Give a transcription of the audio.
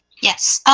yes. ah